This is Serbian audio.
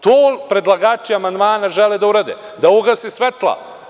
To predlagači amandmana žele da urade, da ugase svetla.